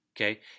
Okay